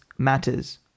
matters